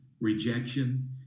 rejection